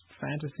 fantasy